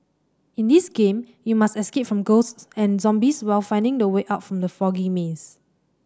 in this game you must escape from ghosts and zombies while finding the way out from the foggy maze